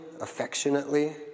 affectionately